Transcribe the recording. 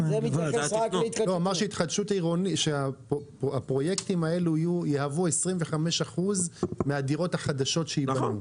הוא אמר שהפרויקטים האלו יהוו 25% מהדירות החדשות שייבנו.